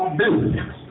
business